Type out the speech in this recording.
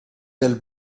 del